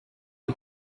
you